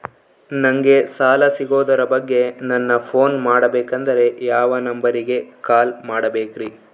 ನಂಗೆ ಸಾಲ ಸಿಗೋದರ ಬಗ್ಗೆ ನನ್ನ ಪೋನ್ ಮಾಡಬೇಕಂದರೆ ಯಾವ ನಂಬರಿಗೆ ಕಾಲ್ ಮಾಡಬೇಕ್ರಿ?